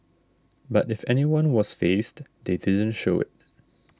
but if anyone was fazed they didn't show it